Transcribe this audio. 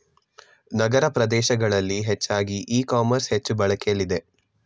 ನಗರ ಪ್ರದೇಶಗಳಲ್ಲಿ ಹೆಚ್ಚಾಗಿ e commerce ಹೆಚ್ಚು ಬಳಕೆಲಿದೆ